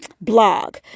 blog